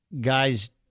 guys